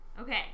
Okay